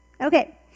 Okay